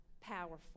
powerful